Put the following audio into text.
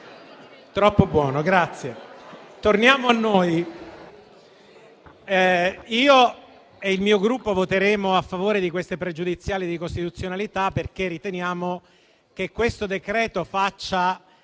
troppo buono. Grazie. Torniamo a noi. Io e il mio Gruppo voteremo a favore delle pregiudiziali di costituzionalità, perché riteniamo che questo decreto-legge faccia